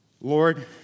Lord